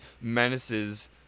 menaces